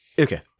Okay